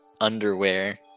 underwear